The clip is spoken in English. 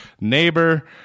neighbor